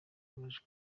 baje